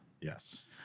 yes